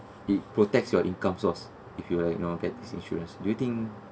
it protects your income source if you will like you all get insurance do you think